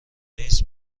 نیس